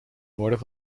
noorden